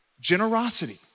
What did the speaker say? Generosity